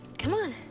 come on.